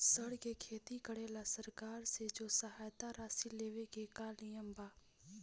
सर के खेती करेला सरकार से जो सहायता राशि लेवे के का नियम बा?